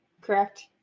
correct